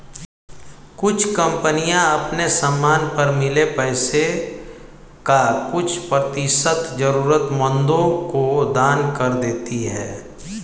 कुछ कंपनियां अपने समान पर मिले पैसे का कुछ प्रतिशत जरूरतमंदों को दान कर देती हैं